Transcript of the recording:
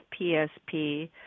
PSP